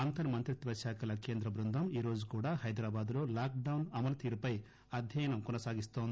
అంతర్ మంత్రిత్వ శాఖల కేంద్ర బృందం ఈ రోజు కూడా హైదరాబాద్ లో లాక్ డౌన్ అమలు తీరు పై అధ్యయనం కొనసాగిస్తోంది